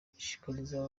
ishishikariza